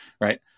Right